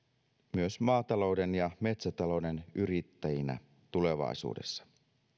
myös maatalouden ja metsätalouden yrittäjinä tulevaisuudessa